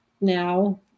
now